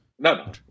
No